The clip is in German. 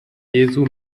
jesu